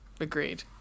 Agreed